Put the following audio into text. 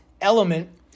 element